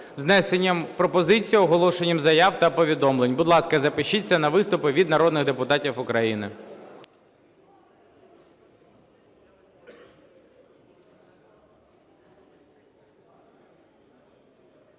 внесенням пропозицій, оголошенням заяв та повідомлень. Будь ласка, запишіться на виступи від народних депутатів України.